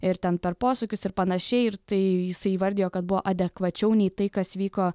ir ten per posūkius ir panašiai ir tai jisai įvardijo kad buvo adekvačiau nei tai kas vyko